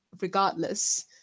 regardless